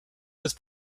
with